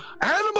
Animal